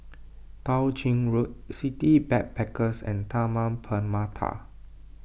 Tao Ching Road City Backpackers and Taman Permata